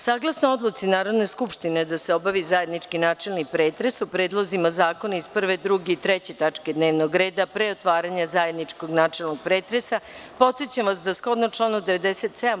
Saglasno odluci Narodne skupštine da se obavi zajednički načelni pretres o predlozima zakona iz 1, 2. i 3. tačke dnevnog reda, a pre otvaranje zajedničkog načelnog pretresa, podsećam vas, da shodno članu 97.